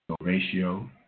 ratio